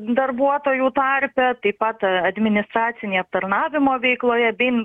darbuotojų tarpe taip pat administracinėje aptarnavimo veikloje bei